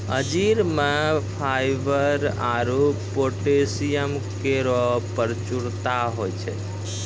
अंजीर म फाइबर आरु पोटैशियम केरो प्रचुरता होय छै